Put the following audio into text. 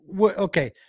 okay